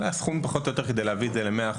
אלה הסכומים פחות או יותר כדי להביא את זה ל-100%.